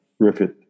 griffith